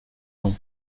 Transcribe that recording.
long